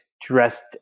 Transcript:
dressed